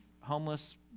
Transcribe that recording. homeless